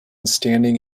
standing